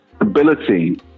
ability